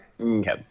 Okay